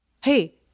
Hey